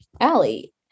Allie